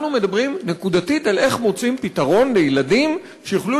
אנחנו מדברים נקודתית על איך מוצאים פתרון לילדים שיוכלו